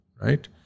right